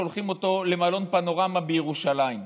שולחים אותו למלון פנורמה בירושלים.